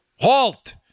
halt